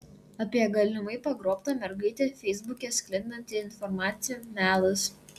apie galimai pagrobtą mergaitę feisbuke sklindanti informacija melas